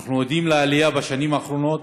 אנחנו עדים לעלייה בשנים האחרונות,